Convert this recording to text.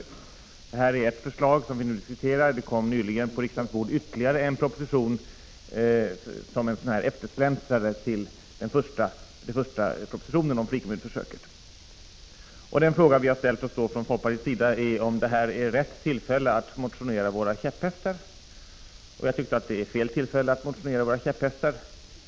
Vi diskuterar nu ett förslag; det kom nyligen ytterligare en proposition på riksdagens bord, som en eftersläntrare till den första propositionen om frikommunsförsöket. Den fråga vi från folkpartiets sida ställt oss är om detta är rätt tillfälle att motionera våra käpphästar. Vi tycker inte det. Det är fel tillfälle att motionera våra käpphästar.